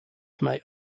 may